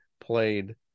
played